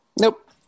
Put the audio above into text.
Nope